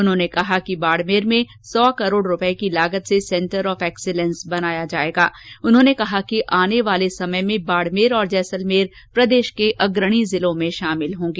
उन्होंने कहा कि बाडमेर में सौ करोड़ रूपये की लागत से सेंटर ऑफ ऐक्सिलेंस बनाया जायेगा उन्होंने कहा कि आने वाले समय में बाडमेर और जैसलमेर प्रदेश के अग्रणी जिलों में शामिल होंगे